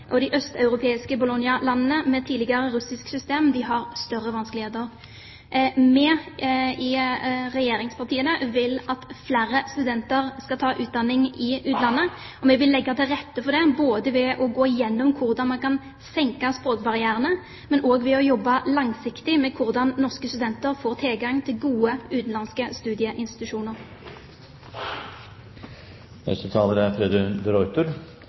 De østeuropeiske Bologna-landene, med tidligere russisk system, har større vanskeligheter. Vi i regjeringspartiene vil at flere studenter skal ta utdanning i utlandet, og vi vil legge til rette for det, både ved å gå gjennom hvordan man kan senke språkbarrierene, og også ved å jobbe langsiktig med hvordan norske studenter får tilgang til gode utenlandske